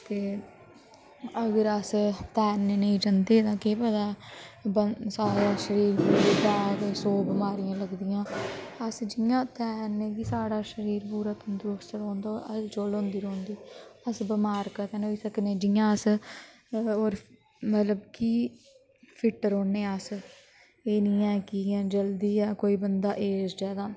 ते अगर अस तैरने नेईं जंदे हां तां केह् पता बन साढ़ा शरीर गी बी सौ बमारियां लगदियां अस जियां तैरने कि साढ़ा शरीर पूरा तंदरुस्त रौंह्दा ओह् हलचल होंदी रौंह्दी अस बमार कदें नी होई सकने जियां अस होर मतलब कि फिट्ट रौह्ने अस एह् नि ऐ कि जल्दी ऐ कोई बंदा ऐजड ऐ तां